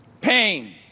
Pain